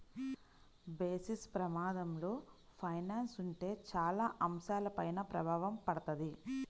basis ప్రమాదంలో finance ఉంటే చాలా అంశాలపైన ప్రభావం పడతది